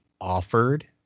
offered